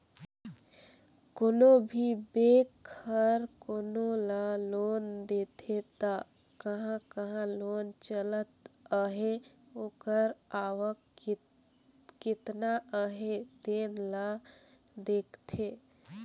कोनो भी बेंक हर कोनो ल लोन देथे त कहां कहां लोन चलत अहे ओकर आवक केतना अहे तेन ल देखथे